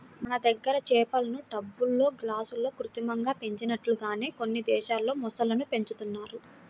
మన దగ్గర చేపలను టబ్బుల్లో, గాబుల్లో కృత్రిమంగా పెంచినట్లుగానే కొన్ని దేశాల్లో మొసళ్ళను పెంచుతున్నారు